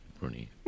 bruni